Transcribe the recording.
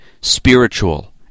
spiritual